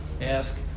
ask